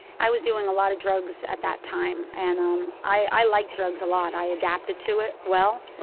i was doing a lot of drugs at that time, and um i liked drugs a lot. i adapted to it well,